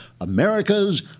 America's